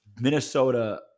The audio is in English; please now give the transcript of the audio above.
Minnesota